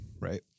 right